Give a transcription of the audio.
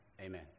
amen